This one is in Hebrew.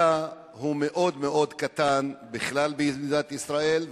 הוא מאוד מאוד קטן בכלל במדינת ישראל,